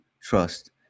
trust